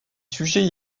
sujets